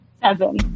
Seven